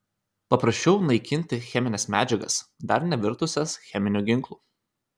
paprasčiau naikinti chemines medžiagas dar nevirtusias cheminiu ginklu